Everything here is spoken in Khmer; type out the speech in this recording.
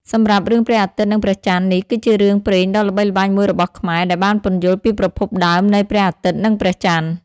សម្រាប់ រឿងព្រះអាទិត្យនិងព្រះចន្ទនេះគឺជារឿងព្រេងដ៏ល្បីល្បាញមួយរបស់ខ្មែរ ដែលបានពន្យល់ពីប្រភពដើមនៃព្រះអាទិត្យនិងព្រះចន្ទ។